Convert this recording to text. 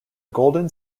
golden